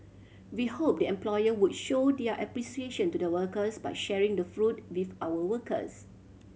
we hope the employer would show their appreciation to the workers by sharing the fruit with our workers